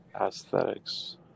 aesthetics